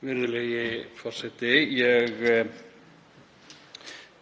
Virðulegi forseti. Ég